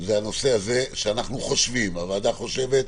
זה הנושא הזה שהוועדה חושבת,